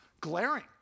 glaring